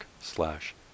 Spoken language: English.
slash